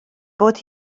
bod